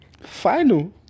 Final